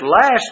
last